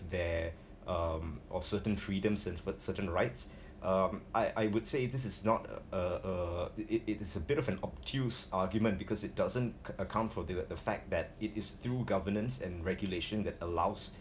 their um of certain freedoms and for certain rights um I I would say this is not a uh uh it it it is a bit of an obtuse argument because it doesn't ac~ account for the fact that it is through governance and regulation that allows